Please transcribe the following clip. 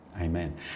Amen